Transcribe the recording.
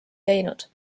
teinud